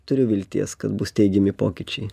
turiu vilties kad bus teigiami pokyčiai